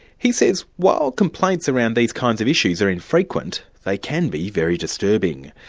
he says while complaints around these kinds of issues are infrequent, they can be very disturbing.